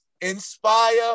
Inspire